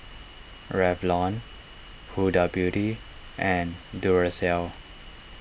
Revlon Huda Beauty and Duracell